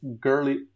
girly